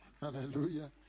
Hallelujah